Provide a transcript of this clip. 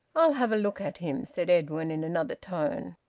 i'll have a look at him, said edwin, in another tone.